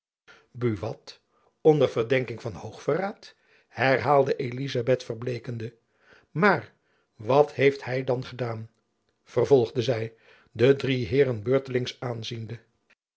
buat onder verdenking van hoog verraad herhaalde elizabeth verbleekende maar wat heeft hy dan gedaan vervolgde zy de drie heeren beurtelings aanziende